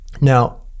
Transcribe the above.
Now